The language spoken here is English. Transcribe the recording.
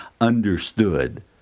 understood